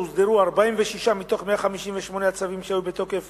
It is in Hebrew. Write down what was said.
או הוסדרו 46 מתוך 158 הצווים שהיו בתוקף